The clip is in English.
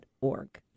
org